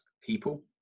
people